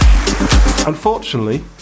unfortunately